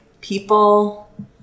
people